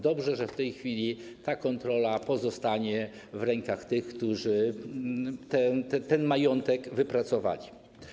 Dobrze, że w tej chwili ta kontrola pozostanie w rękach tych, którzy ten majątek wypracowali.